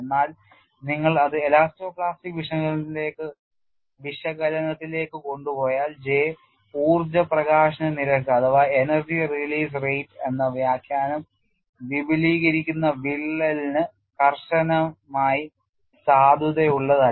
എന്നാൽ നിങ്ങൾ അത് എലാസ്റ്റോ പ്ലാസ്റ്റിക് വിശകലനത്തിലേക്ക് കൊണ്ടുപോയാൽ J ഊർജ പ്രകാശന നിരക്ക് എന്ന വ്യാഖ്യാനം വിപുലീകരിക്കുന്ന വിള്ളലിന് കർശനമായി സാധുതയുള്ളതല്ല